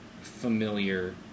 familiar